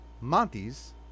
Monty's